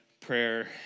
prayer